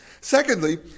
Secondly